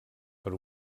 per